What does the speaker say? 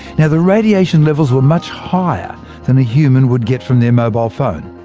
now the radiation levels were much higher than a human would get from their mobile phone.